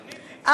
למתווה.